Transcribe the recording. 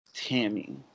Tammy